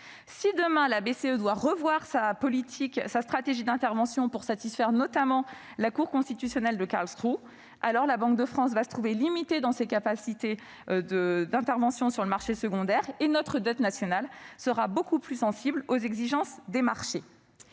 Si, demain, la BCE doit revoir sa stratégie d'intervention, notamment pour satisfaire la cour constitutionnelle de Karlsruhe, la Banque de France sera limitée dans ses capacités d'intervention sur le marché secondaire, en sorte que la dette nationale sera beaucoup plus sensible aux exigences des marchés.